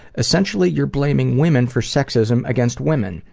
essentially you're blaming women for sexism against women,